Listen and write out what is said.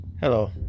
Hello